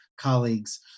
colleagues